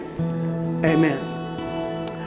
Amen